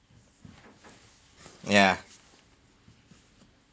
ya